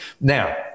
Now